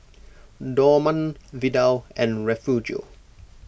Dorman Vidal and Refugio